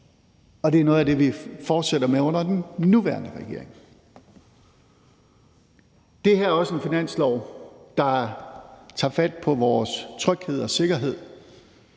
og det er noget, vi fortsætter med under den nuværende regering. Det her er også en finanslov, der tager fat på vores tryghed og sikkerhed